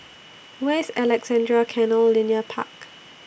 Where IS Alexandra Canal Linear Park